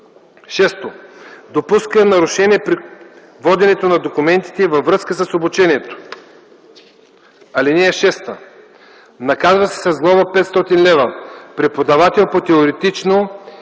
6. допуска нарушение при воденето на документите във връзка с обучението. (6) Наказва се с глоба 500 лв. преподавател по теоретично